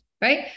right